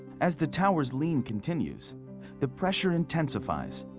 as the tower's lean continues the pressure intensifies.